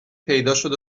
پیداشد